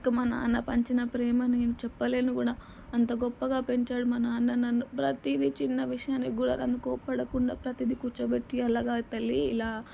ఇంకా మా నాన్న పంచిన ప్రేమ నేను చెప్పలేను కూడా అంత గొప్పగా పెంచాడు మా నాన్న నన్ను ప్రతీదీ చిన్న విషయానికి కూడా నన్ను కోప పడకుండా ప్రతీదీ కూర్చోబెట్టి అలా కాదు తల్లి ఇలా